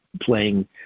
playing